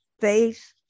faith